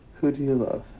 who do you love